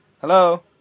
Hello